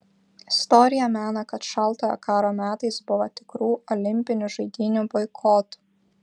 istorija mena kad šaltojo karo metais buvę tikrų olimpinių žaidynių boikotų